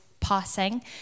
passing